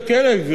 גברתי,